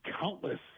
countless